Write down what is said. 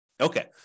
Okay